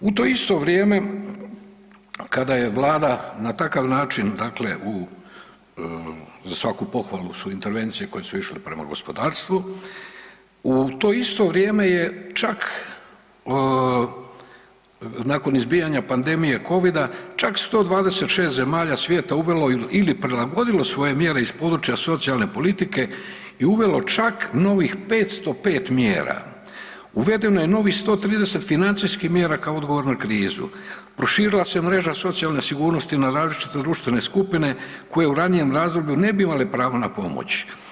U to isto vrijeme kada je vlada na takav način, dakle u, za svaku pohvalu su intervencije koje su išle prema gospodarstvo, u to isto vrijeme je čak nakon izbijanja pandemije covida čak 126 zemalja svijeta uvelo ili prilagodilo svoje mjere iz područja socijalne politike je uvelo čak novih 505 mjera, uvedeno je novih 130 financijskih mjera kao odgovor na krizu, proširila se mreža socijalne sigurnosti na različite društvene skupine koje u ranijem razdoblju ne bi imale pravo na pomoć.